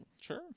Sure